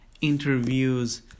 interviews